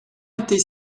été